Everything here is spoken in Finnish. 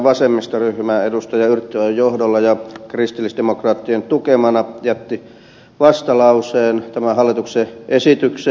yrttiahon johdolla ja kristillisdemokraattien tukemana jätti vastalauseen tämän hallituksen esitykseen